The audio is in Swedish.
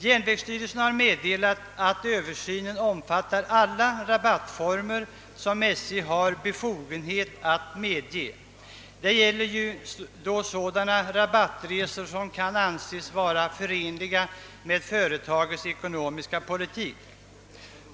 Järnvägsstyrelsen har meddelat att översynen omfattar alla rabattformer som SJ har befogenhet att medge, d.v.s. sådana rabattresor som kan anses vara förenliga med företagets ekonomiska politik.